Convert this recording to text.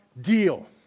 deal